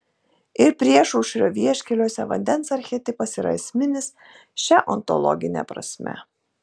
ir priešaušrio vieškeliuose vandens archetipas yra esminis šia ontologine prasme